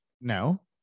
no